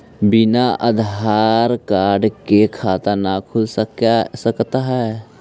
बिना आधार कार्ड के खाता न खुल सकता है?